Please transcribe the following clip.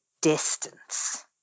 distance